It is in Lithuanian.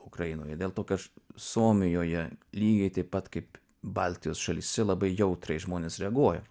ukrainoje dėl to kai aš suomijoje lygiai taip pat kaip baltijos šalyse labai jautriai žmonės reaguoja